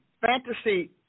fantasy